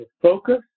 focus